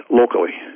locally